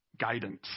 guidance